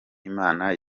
imana